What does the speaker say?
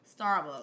Starbucks